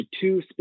two